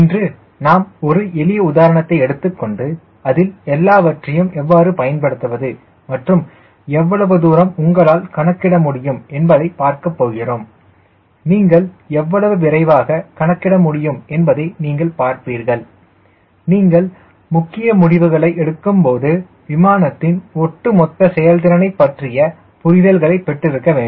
இன்று நாம் ஒரு எளிய உதாரணத்தை எடுத்துக்கொண்டு அதில் எல்லாவற்றையும் எவ்வாறு பயன்படுத்துவது மற்றும் எவ்வளவு தூரம் நீங்கள் கணக்கிட முடியும் என்பதைப் பார்க்க போகிறோம் நீங்கள் எவ்வளவு விரைவாக கணக்கிட முடியும் என்பதை நீங்கள் பார்ப்பீர்கள் நீங்கள் முக்கிய முடிவுகளை எடுக்கும்போது விமானத்தின் ஒட்டுமொத்த செயல்திறனைப் பற்றிய புரிதல்களை பெற்றிருக்க வேண்டும்